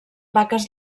vaques